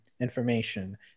information